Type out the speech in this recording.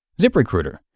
ZipRecruiter